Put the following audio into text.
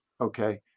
Okay